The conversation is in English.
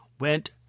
went